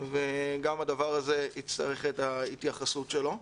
וגם הדבר הזה יצטרך את ההתייחסות שלו.